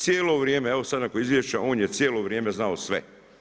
Cijelo vrijeme, evo sad nakon izvješća, on je cijelo vrijeme znao sve.